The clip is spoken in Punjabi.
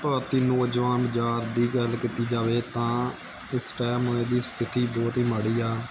ਭਾਰਤੀ ਨੌਜਵਾਨ ਬਜ਼ਾਰ ਦੀ ਗੱਲ ਕੀਤੀ ਜਾਵੇ ਤਾਂ ਇਸ ਟਾਈਮ ਇਹਦੀ ਸਥਿਤੀ ਬਹੁਤ ਹੀ ਮਾੜੀ ਆ